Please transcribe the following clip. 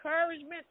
encouragement